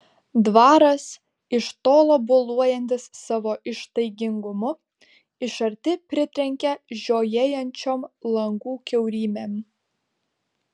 dvaras iš tolo boluojantis savo ištaigingumu iš arti pritrenkia žiojėjančiom langų kiaurymėm